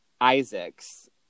Isaacs